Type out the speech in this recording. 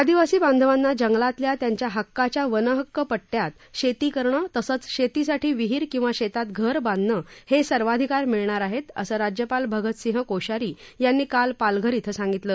आदिवासी बांधवांना जंगलातल्या त्यांच्या हक्काच्या वनहक्क पट्टयात शेती करण तसंच शेतीसाठी विहीर किंवा शेतात घर बांधण हे सर्वाधिकार मिळणार असं राज्यपाल भगत सिंह कोश्यारी यांनी काल पालघर इथं सांगितलं